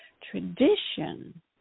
tradition